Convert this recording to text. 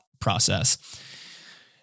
process